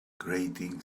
grating